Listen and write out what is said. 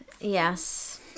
Yes